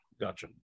Gotcha